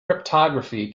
cryptography